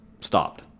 stopped